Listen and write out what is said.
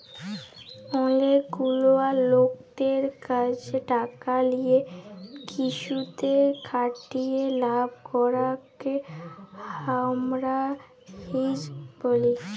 অলেক গুলা লকদের ক্যাছে টাকা লিয়ে কিসুতে খাটিয়ে লাভ করাককে হামরা হেজ ব্যলি